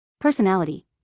Personality